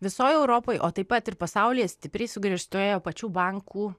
visoj europoj o taip pat ir pasaulyje stipriai sugriežtėjo pačių bankų